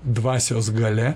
dvasios galia